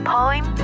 Poem